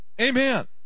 Amen